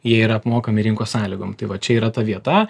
jie yra apmokami rinkos sąlygom tai vat čia yra ta vieta